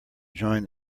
join